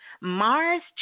Mars